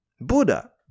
Buddha